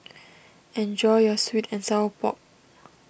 enjoy your Sweet and Sour Pork